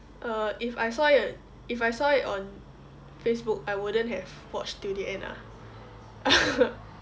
uh if I saw it if I saw it on facebook I wouldn't have watched till the end ah